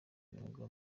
umwuga